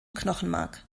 knochenmark